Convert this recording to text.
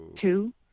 Two